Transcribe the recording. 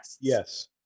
Yes